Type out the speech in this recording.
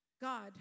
God